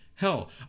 Hell